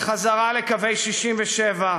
לחזרה לקווי 67',